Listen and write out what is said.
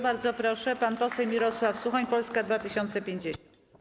Bardzo proszę, pan poseł Mirosław Suchoń, Polska 2050.